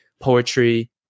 Poetry